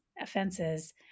offenses